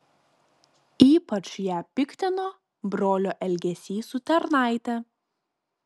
ypač ją piktino brolio elgesys su tarnaite